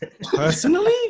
Personally